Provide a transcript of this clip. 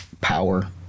power